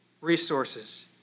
resources